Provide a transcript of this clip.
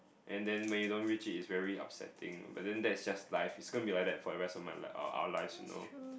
and then when you don't reach its very upsetting but then that's just life its going to be like that for the rest of my lif~ our lives you know